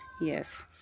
yes